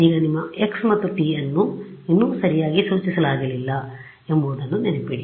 ಈಗ ನಿಮ್ಮ x ಮತ್ತು t ಅನ್ನು ಇನ್ನೂ ಸರಿಯಾಗಿ ಸೂಚಿಸಲಾಗಿಲ್ಲ ಎಂಬುದನ್ನು ನೆನಪಿಡಿ